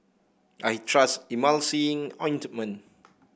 I trust Emulsying Ointment